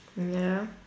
ya